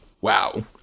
Wow